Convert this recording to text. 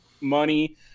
money